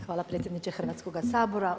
Hvala predsjedniče Hrvatskoga sabora.